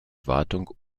wartung